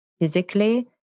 physically